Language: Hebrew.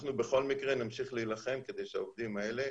אנחנו בכל מקרה נמשיך להילחם כדי שהעובדים האלה